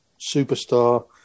superstar